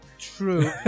True